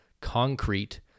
concrete